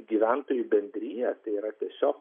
gyventojų bendrija tai yra tiesiog